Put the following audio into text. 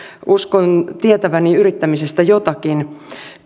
uskon tietäväni yrittämisestä jotakin